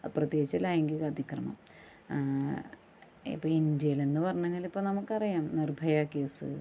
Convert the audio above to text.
പ്രത്യേകിച്ച് ലൈംഗിക അതിക്രമം ഇപ്പം ഇന്ത്യയിലെന്ന് പറഞ്ഞെങ്കില് ഇപ്പം നമുക്കറിയാം നിർഭയ കേസ്സ്